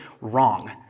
wrong